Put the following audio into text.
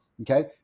okay